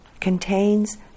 contains